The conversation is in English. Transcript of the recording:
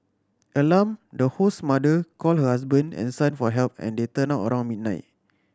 alarmed the host's mother called her husband and son for help and they turned up around midnight